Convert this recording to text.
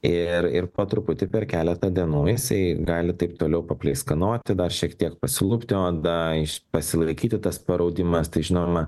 ir ir po truputį per keletą dienų jisai gali taip toliau papleiskanoti dar šiek tiek pasilupti oda iš pasilaikyti tas paraudimas tai žinoma